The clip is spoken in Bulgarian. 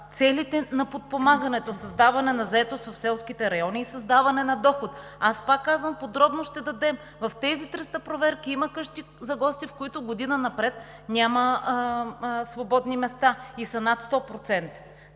целите на подпомагането – създаване на заетост в селските райони и създаване на доход. Аз пак казвам, подробно ще дадем информация – в тези 300 проверки има къщи за гости, в които година напред няма свободни места и са над 100%.